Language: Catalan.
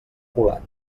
colat